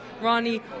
Ronnie